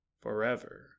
Forever